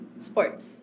sports